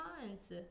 months